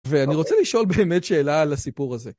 ואני רוצה לשאול באמת שאלה על הסיפור הזה.